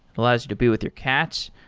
like you to be with your cats.